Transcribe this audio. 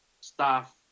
staff